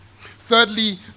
Thirdly